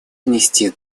внести